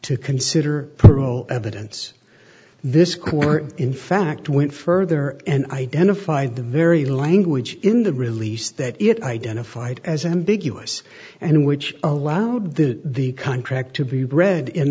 to consider parole evidence this court in fact went further and identified the very language in the release that it identified as ambiguous and which allowed that the contract to be read in